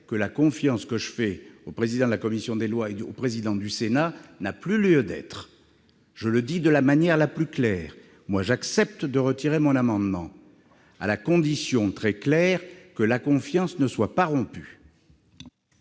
que la confiance que je fais au président de la commission des lois et au président du Sénat n'a plus lieu d'être. Je le dis de la manière la plus claire. J'accepte de retirer mon amendement, à la seule condition que la confiance ne soit pas rompue.